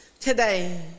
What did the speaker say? Today